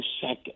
second